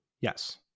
Yes